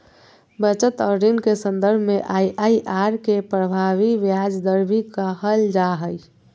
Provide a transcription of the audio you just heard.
बचत और ऋण के सन्दर्भ में आइ.आइ.आर के प्रभावी ब्याज दर भी कहल जा हइ